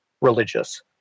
religious